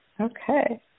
Okay